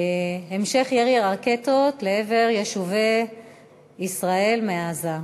המשך ירי הרקטות מעזה לעבר יישובי ישראל הצעות